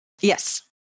Yes